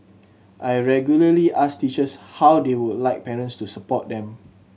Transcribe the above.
I regularly ask teachers how they would like parents to support them